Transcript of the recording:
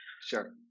Sure